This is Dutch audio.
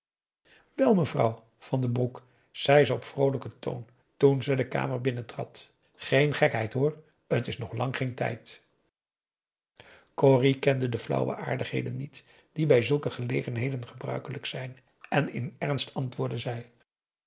mevrouw van den broek zei ze op vroolijken toon toen ze de kamer binnentrad geen gekheid hoor t is nog lang geen tijd corrie kende de flauwe aardigheden niet die bij zulke gelegenheden gebruikelijk zijn en in ernst antwoordde zij